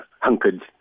hunkered